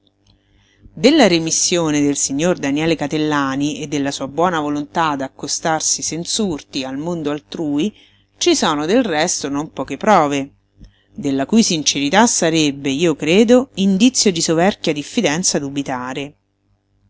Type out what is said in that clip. della remissione del signor daniele catellani e della sua buona volontà d'accostarsi senz'urti al mondo altrui ci sono del resto non poche prove della cui sincerità sarebbe io credo indizio di soverchia diffidenza dubitare